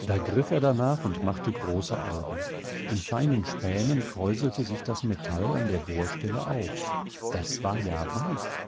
da griff er danach und machte große augen in feinen spänen kräuselte sich das metall an der bohrstelle auf das war ja weich